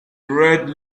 red